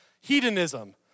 hedonism